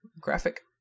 Graphic